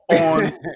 on